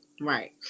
right